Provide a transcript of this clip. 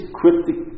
cryptic